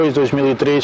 2003